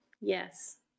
yes